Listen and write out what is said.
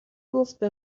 گفتبه